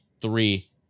three